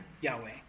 Yahweh